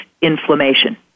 inflammation